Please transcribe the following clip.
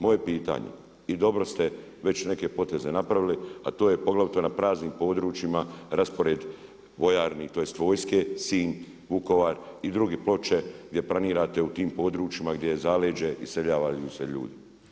Moje je pitanje i dobro ste već neke poteze napravili, a to je poglavito na praznim područjima raspored vojarni, tj. vojske Sinj, Vukovar i drugi, Ploče gdje planirate u tim područjima gdje je zaleđe iseljavaju se ljudi.